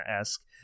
esque